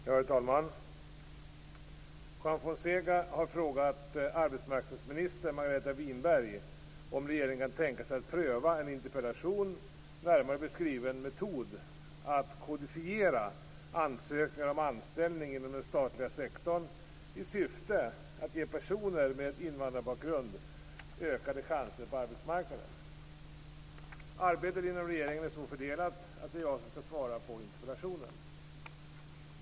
Herr talman! Juan Fonseca har frågat arbetsmarknadsminister Margareta Winberg om regeringen kan tänka sig att pröva en i interpellationen närmare beskriven metod att kodifiera ansökningar om anställning inom den statliga sektorn i syfte att ge personer med invandrarbakgrund ökade chanser på arbetsmarknaden. Arbetet inom regeringen är så fördelat att det är jag som skall svara på interpellationen.